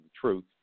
truth